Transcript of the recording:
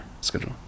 schedule